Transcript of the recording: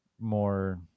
more